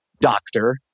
doctor